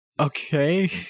Okay